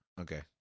Okay